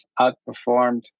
outperformed